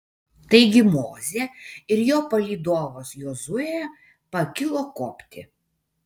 taigi mozė ir jo palydovas jozuė pakilo kopti